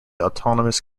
autonomous